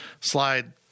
slide